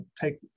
take